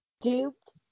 duped